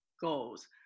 goals